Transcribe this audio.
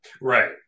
right